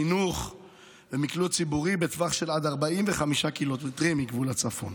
חינוך ומקלוט ציבורי בטווח של עד 45 קילומטרים מגבול הצפון.